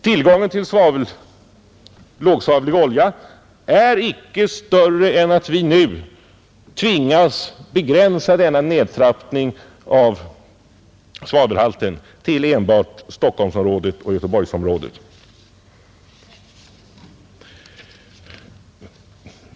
Tillgången till lågsvavlig olja är icke större än att vi nu tvingas begränsa denna nedtrappning i svavelhalten till enbart Stockholmsområdet och Göteborgsområdet.